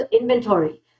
inventory